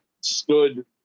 stood